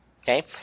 Okay